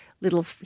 little